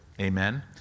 Amen